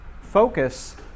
focus